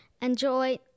enjoy